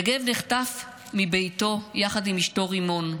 יגב נחטף מביתו יחד עם אשתו רימון.